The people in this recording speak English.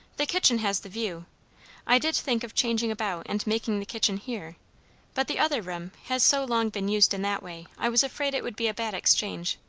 the kitchen has the view i did think of changing about and making the kitchen here but the other room has so long been used in that way, i was afraid it would be a bad exchange.